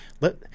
Let